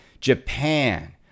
Japan